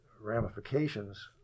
ramifications